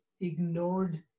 ignored